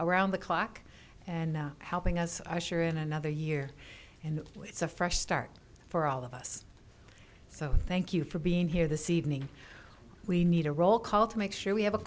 around the clock and helping us i'm sure in another year and it's a fresh start for all of us so thank you for being here this evening we need a roll call to make sure we have a